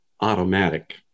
automatic